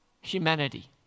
humanity